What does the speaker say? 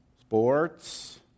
sports